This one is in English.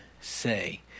say